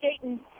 Dayton